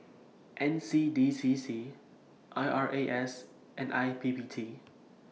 N C D C C I R A S and I P P T